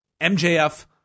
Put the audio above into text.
MJF